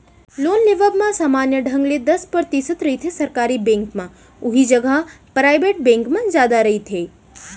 loan लेवब म समान्य ढंग ले दस परतिसत रहिथे सरकारी बेंक म उहीं जघा पराइबेट बेंक म जादा रहिथे